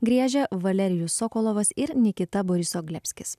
griežia valerijus sokolovas ir nikita borisoglebskis